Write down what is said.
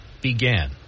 began